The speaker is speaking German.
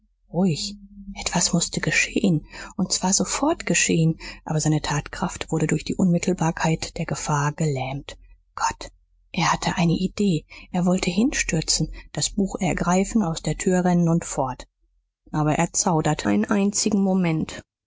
ruhig etwas mußte geschehen und zwar sofort geschehen aber seine tatkraft wurde durch die unmittelbarkeit der gefahr gelähmt gott er hatte eine idee er wollte hinstürzen das buch ergreifen aus der tür rennen und fort aber er zauderte einen einzigen moment